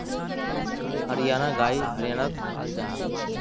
हरयाना गाय हर्यानात पाल जाहा